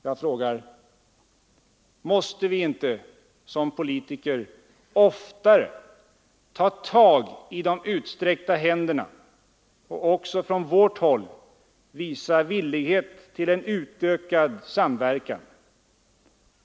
Jag frågar: Måste vi inte som politiker oftare ta tag i de utsträckta händerna och också från vårt håll visa villighet till en utökad samverkan?